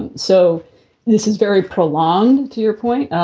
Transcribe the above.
and so this is very prolonged to your point.